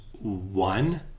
one